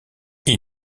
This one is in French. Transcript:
ils